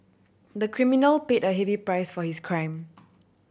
the criminal paid a heavy price for his crime